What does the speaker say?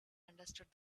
understood